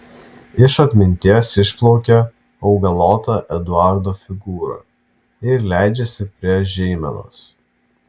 iš atminties išplaukia augalota eduardo figūra ir leidžiasi prie žeimenos